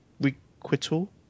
Requital